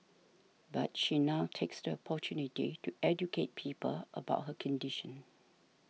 but she now takes the opportunity to educate people about her condition